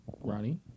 Ronnie